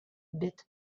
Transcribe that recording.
bit